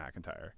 McIntyre